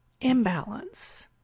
imbalance